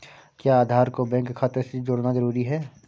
क्या आधार को बैंक खाते से जोड़ना जरूरी है?